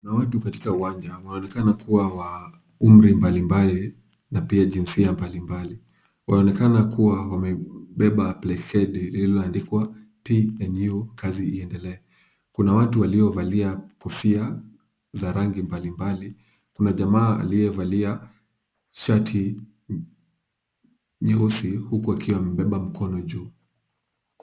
Kuna watu katika uwanja, wanaonekana kuwa wa umri mbalimbali na pia jinsia mbalimbali. Wanaonekana kuwa wamebeba plekedi iliyoandikwa "PNU kazi iendelee". Kuna watu waliovaa kofia za rangi mbalimbali. Kuna jamaa aliyevalia shati nyeusi huku akiwa amebeba mkono juu.